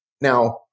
Now